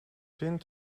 zin